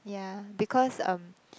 y because um